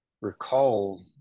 recall